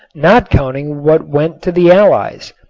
not counting what went to the allies.